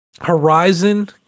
Horizon